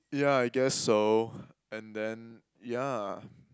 yeah I guess so and then yeah